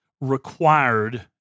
required